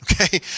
okay